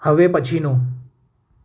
હવે પછીનું